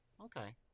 Okay